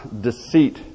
deceit